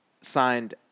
signed